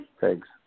Thanks